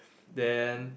then